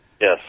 Yes